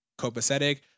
copacetic